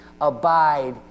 Abide